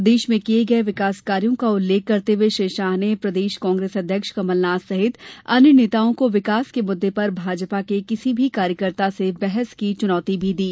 प्रदेश में किये गये विकास कार्यों का उल्लेख करते हए श्री शाह ने प्रदेश कांग्रेस अध्यक्ष कमलनाथ सहित अन्य नेताओं को विकास के मुद्दे पर भाजपा के किसी भी कार्यकर्ता से बहस की चुनौती भी दी